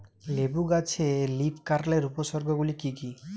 লেবু গাছে লীফকার্লের উপসর্গ গুলি কি কী?